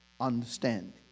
Understanding